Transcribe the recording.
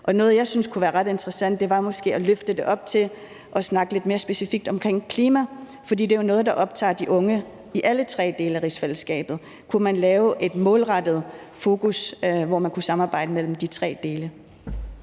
Noget, som jeg synes kunne være ret interessant, var måske at løfte det op til at snakke lidt mere specifikt omkring klima, fordi det jo er noget, der optager de unge i alle tre dele af rigsfællesskabet. Kunne man lave et målrettet fokus, hvor man kunne samarbejde mellem de tre dele?